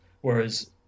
Whereas